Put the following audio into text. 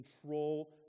control